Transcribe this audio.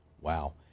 Wow